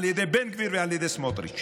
על ידי בן גביר ועל ידי סמוטריץ'.